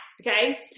Okay